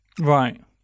Right